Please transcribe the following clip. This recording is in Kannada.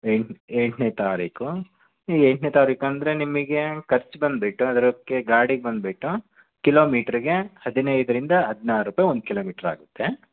ಎಂಟ್ನ್ ಎಂಟನೇ ತಾರೀಕು ಈ ಎಂಟನೇ ತಾರೀಕೆಂದರೆ ನಿಮಗೆ ಖರ್ಚು ಬಂದುಬಿಟ್ಟು ಅದಕ್ಕೆ ಗಾಡಿಗೆ ಬಂದುಬಿಟ್ಟು ಕಿಲೋಮೀಟರಿಗೆ ಹದಿನೈದರಿಂದ ಹದಿನಾರು ರೂಪಾಯಿ ಒಂದು ಕಿಲೊಮೀಟರಾಗುತ್ತೆ